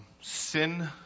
Sin